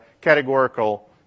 categorical